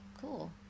cool